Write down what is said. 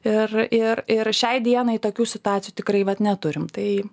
ir ir ir šiai dienai tokių situacijų tikrai vat neturim tai